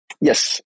Yes